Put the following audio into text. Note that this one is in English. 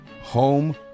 home